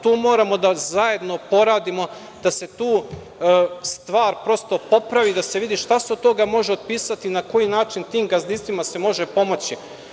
To moramo da zajedno poradimo da se tu stvar prosto popravi, da se vidi šta se od toga može otpisati na koji način tim gazdinstvima se može pomoći.